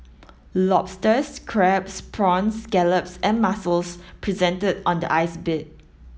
lobsters crabs prawns scallops and mussels presented on the ice bed